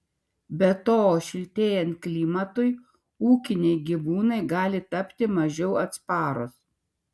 be to šiltėjant klimatui ūkiniai gyvūnai gali tapti mažiau atsparūs